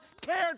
cared